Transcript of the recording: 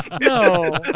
No